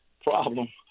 problem